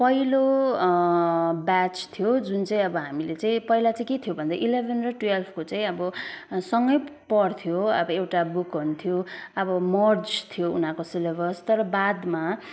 पहिलो ब्याच थियौँ जुन चाहिँ अब हामीले चाहिँ पहिला चाहिँ के थियो भन्दा इलेभेन र टुवेल्भको चाहिँ अब सँगै पढ्थ्यो अब एउटा बुक हुन्थ्यो अब मर्जड थियो उनीहरूको सिलेबस तर बादमा